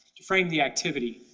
to frame the activity,